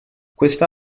questa